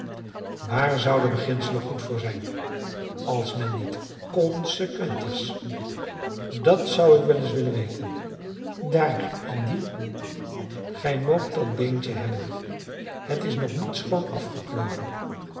waar zouden beginselen goed voor zijn als men niet consequent is dat zou ik wel eens willen weten daar andy gij moogt dat beentje hebben het is nog niet schoon afgekloven